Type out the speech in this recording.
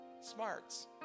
smarts